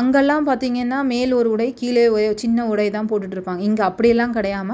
அங்கெலாம் பார்த்தீங்கன்னா மேல் ஒரு உடை கீழே வே சின்ன உடை தான் போட்டுகிட்ருப்பாங்க இங்கே அப்படியெல்லாம் கிடையாம